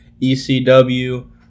ECW